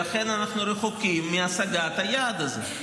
ולכן אנחנו רחוקים מהשגת היעד הזה.